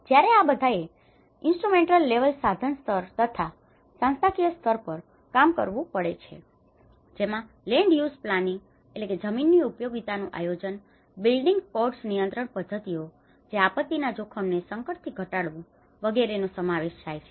જ્યારે આ બધાએ ઇન્સ્ટ્રુમેન્ટલ લેવલ instrument levelસાધન સ્તર તથા સંસ્થાકીય સ્તર પર પણ કામ કરવું પડે છે જેમાં land use planning land use planningજમીનની ઉપયોગિતાનું આયોજન બિલ્ડિંગ કોડ્સ નિયંત્રણ પદ્ધતિઓ જે આપત્તિના જોખમને સંકટથી ઘટાડવું વગેરેનો સમાવેશ થાય છે